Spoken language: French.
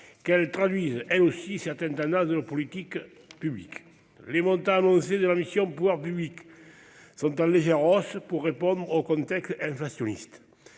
qu'elles traduisent, elles aussi, certaines tendances de nos politiques publiques. Les montants annoncés de la mission « Pouvoirs publics » sont en légère hausse, pour répondre au contexte inflationniste.